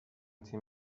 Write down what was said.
تیم